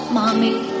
mommy